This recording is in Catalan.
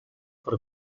per